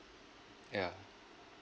yeah